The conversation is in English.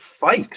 fight